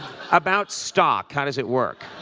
about stock, how does it work?